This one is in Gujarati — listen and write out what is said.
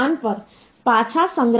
તેથી આપણી પાસે a છે જો આ સંખ્યા x1x2